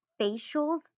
facials